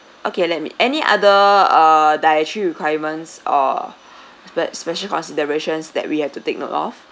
okay let me any other uh dietary requirements or spe~ special considerations that we have to take note of